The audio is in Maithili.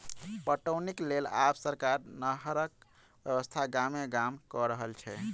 पटौनीक लेल आब सरकार नहरक व्यवस्था गामे गाम क रहल छै